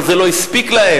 אבל זה לא הספיק להם.